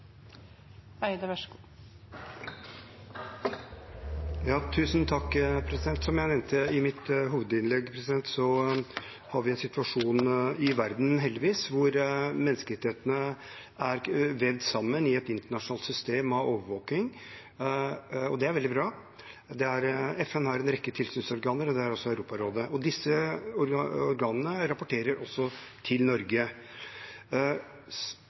Som jeg nevnte i mitt hovedinnlegg, har vi en situasjon i verden – heldigvis – der menneskerettighetene er vevd sammen i et internasjonalt system av overvåking. Det er veldig bra. FN har en rekke tilsynsorganer, og det har også Europarådet. Disse organene rapporterer også til